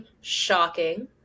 shocking